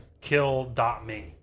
Kill.me